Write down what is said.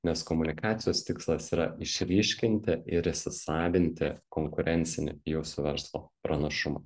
nes komunikacijos tikslas yra išryškinti ir įsisavinti konkurencinį jūsų verslo pranašumą